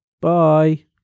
Bye